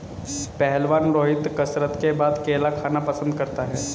पहलवान रोहित कसरत के बाद केला खाना पसंद करता है